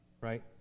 right